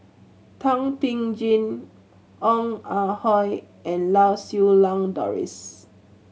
Thum Ping Tjin Ong Ah Hoi and Lau Siew Lang Doris